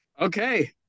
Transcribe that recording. okay